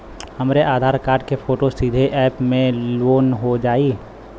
हमरे आधार कार्ड क फोटो सीधे यैप में लोनहो जाई?